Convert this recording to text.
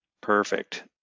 Perfect